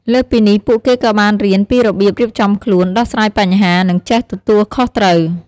លើសពីនេះពួកគេក៏បានរៀនពីរបៀបរៀបចំខ្លួន ដោះស្រាយបញ្ហា និងចេះទទួលខុសត្រូវ។